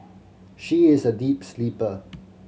she is a deep sleeper